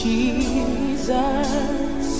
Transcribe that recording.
Jesus